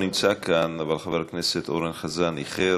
ארבעה בעד, אין מתנגדים.